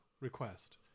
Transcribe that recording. request